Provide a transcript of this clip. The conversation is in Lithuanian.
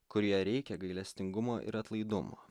kur ją reikia gailestingumo ir atlaidumo